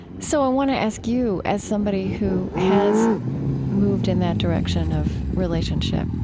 so i want to ask you, as somebody who has moved in that direction of relationship,